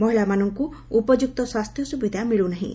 ମହିଳାମାନଙ୍ଙ୍ ଉପଯୁକ୍ତ ସ୍ୱାସ୍ସ୍ୟ ସ୍ବିଧା ମିଳ୍ନାହିଁ